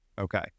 Okay